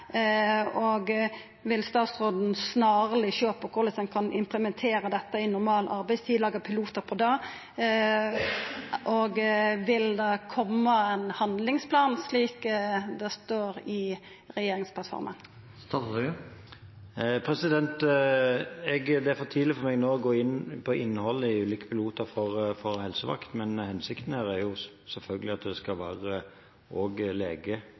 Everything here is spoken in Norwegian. kommunane. Vil statsråden snarleg sjå på korleis ein kan implementera dette i normal arbeidstid, laga pilotar på det? Og vil det koma ein handlingsplan, slik det står i regjeringsplattforma? Det er for tidlig for meg nå å gå inn på innholdet i ulike piloter for helsevakt, men hensikten er selvfølgelig at det også skal